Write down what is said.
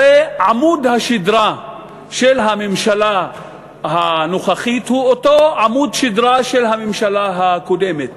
הרי עמוד השדרה של הממשלה הנוכחית הוא אותו עמוד שדרה של הממשלה הקודמת.